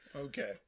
Okay